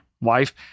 wife